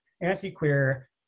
anti-queer